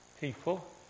people